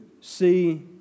see